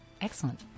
Excellent